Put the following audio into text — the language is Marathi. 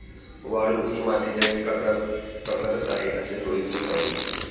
वाळू ही मातीचा एक प्रकारच आहे असे रोहितने सांगितले